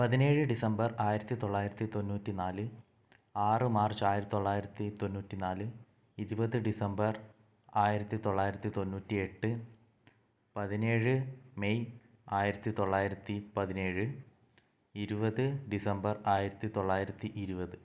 പതിനേഴ് ഡിസംബർ ആയിരത്തി തൊള്ളായിരത്തി തൊണ്ണൂറ്റി നാല് ആറ് മാർച്ച് ആയിരത്തി തൊള്ളായിരത്തി തൊണ്ണൂറ്റി നാല് ഇരുപത് ഡിസംബർ ആയിരത്തി തൊള്ളായിരത്തി തൊണ്ണൂറ്റി എട്ട് പതിനേഴ് മെയ് ആയിരത്തി തൊള്ളായിരത്തി പതിനേഴ് ഇരുപത് ഡിസംബർ ആയിരത്തി തൊള്ളായിരത്തി ഇരുപത്